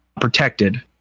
protected